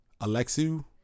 Alexu